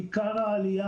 עיקר העלייה,